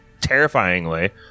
terrifyingly